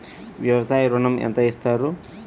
వ్యవసాయ ఋణం ఎంత ఇస్తారు?